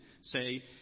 say